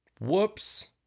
whoops